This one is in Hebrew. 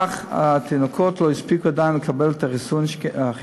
אך התינוקות לא הספיקו עדיין לקבל את החיסון,